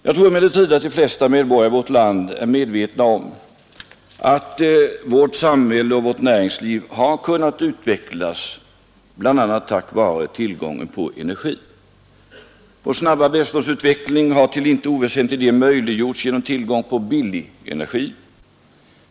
Jag tror emellertid att de flesta medborgare i vårt land är medvetna om att vårt samhälle och vårt näringsliv har kunnat utvecklas bl.a. tack vare tillgången på energi. Vår snabba välståndsutveckling har till inte oväsentlig del möjliggjorts genom tillgången på billig energi.